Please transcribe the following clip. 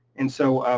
and so,